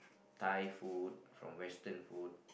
Thai food from Western food